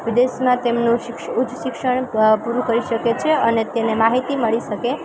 વિદેશમાં તેમનું ઉચ્ચ શિક્ષણ પૂરું કરી શકે છે અને તેને માહિતી મળી શકે